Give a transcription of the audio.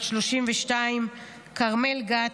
בת 32; כרמל גת,